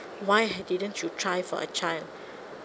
why didn't you try for a child